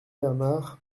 bernard